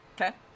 Okay